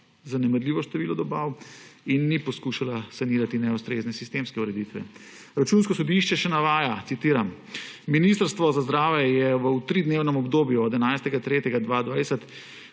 zanemarljivo število dobav in ni poskušala sanirati neustrezne sistemske ureditve. Računsko sodišče še navaja, citiram: »Ministrstvo za zdravje je v tridnevnem obdobju od 11. 3. 2020